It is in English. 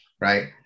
Right